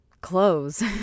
clothes